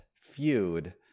feud